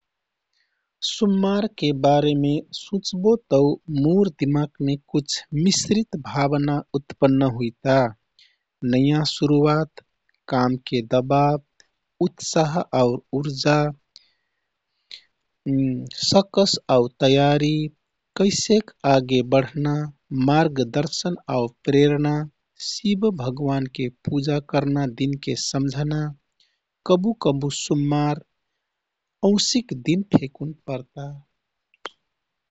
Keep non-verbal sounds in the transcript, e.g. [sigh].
सुम्मार के बारेमे सुच्बो तौ मोर दिमाघमे कुछ मिश्रित भावना उत्पन्न हुइता। नयाँ सुरुवत, कामके दवाव, उत्साह आउ उर्जा [hesitation] सकस आउ तयारी, कैसेक आगे बढना, मार्गदर्शन आउ प्रेरणा, शिव भगवानके पूजा करना दिनके सम्झना, कबु कबु सुम्मार औसिक दिन फेकुन परता।